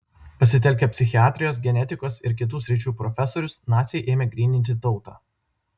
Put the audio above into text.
pasitelkę psichiatrijos genetikos ir kitų sričių profesorius naciai ėmė gryninti tautą